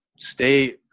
stay